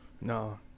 No